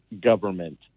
government